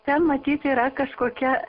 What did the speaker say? ten matyt yra kažkokia